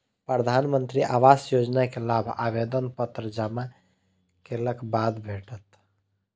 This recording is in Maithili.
प्रधानमंत्री आवास योजना के लाभ आवेदन पत्र जमा केलक बाद भेटत